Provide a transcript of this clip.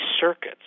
circuits